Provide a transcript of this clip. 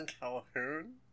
Calhoun